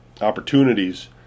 opportunities